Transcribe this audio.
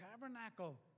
tabernacle